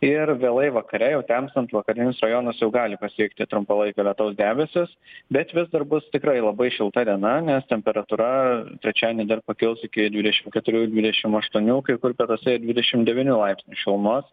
ir vėlai vakare jau temstant vakarinius rajonus jau gali pasiekti trumpalaikio lietaus debesys bet vis dar bus tikrai labai šilta diena nes temperatūra trečiadienį dar pakils iki dvidešim keturių dvidešim aštuonių kai kur pietuose ir dvidešim devynių laipsnių šilumos